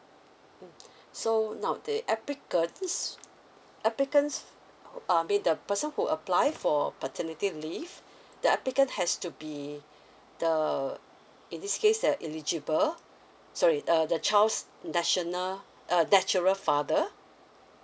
mm so now the applicants applicants I mean the person who apply for paternity leave the applicant has to be the in this case the eligible sorry uh the child's national uh natural father